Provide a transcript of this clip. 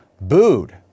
booed